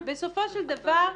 בסופו של דבר,